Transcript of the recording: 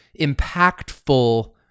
impactful